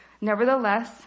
Nevertheless